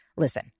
Listen